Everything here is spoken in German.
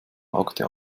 hakte